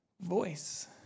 Voice